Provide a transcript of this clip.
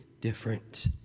different